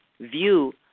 view